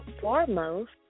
foremost